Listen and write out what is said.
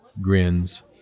grins